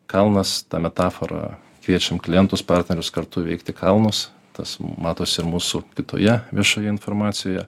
kalnas ta metafora kviečiam klientus partnerius kartu veikti kalnus tas matosi ir mūsų kitoje viešoje informacijoje